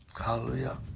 hallelujah